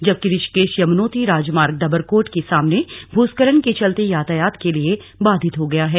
जबकि ऋषिकेश यमुनोत्री राजमार्ग डबरकोट के सामने भूस्खलन के चलते यातायात के लिए बाधित हो गया है